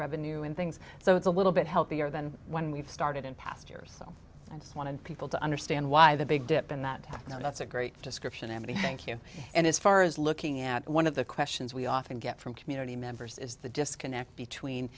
revenue and things so it's a little bit healthier than when we've started in past years so i just wanted people to understand why the big dip in that you know that's a great description amity thank you and as far as looking at one of the questions we often get from community members is the disconnect between